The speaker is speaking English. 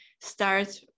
start